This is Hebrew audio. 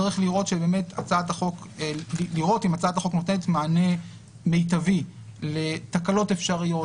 צריך לראות אם הצעת החוק נותנת מענה מיטבי לתקלות אפשריות,